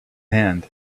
hand